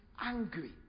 angry